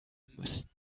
müssen